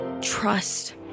trust